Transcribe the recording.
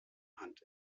hand